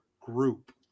group